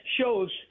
shows